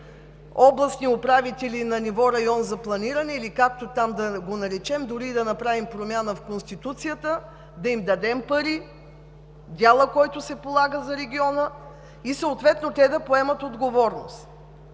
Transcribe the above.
областни управители на ниво район за планиране, или както там да го наречем, дори да направим промяна в Конституцията, да им дадем пари – дела, който се полага за региона, и съответно те да поемат отговорност.